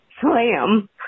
slam